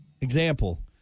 Example